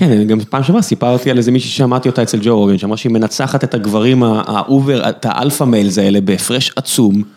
כן, גם פעם שעברה סיפרתי על איזה מישהי, שמעתי אותה אצל ג'ורגן, שהיא אמרה שהיא מנצחת את הגברים האובר, את האלפא מיילז האלה, בפרש עצום.